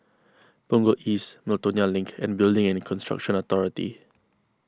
Punggol East Miltonia Link and Building and Construction Authority